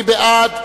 מי בעד?